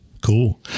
cool